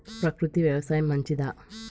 ప్రకృతి వ్యవసాయం మంచిదా?